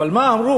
אבל מה אמרו?